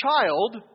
child